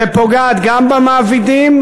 ופוגעת גם במעבידים,